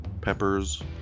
peppers